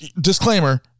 disclaimer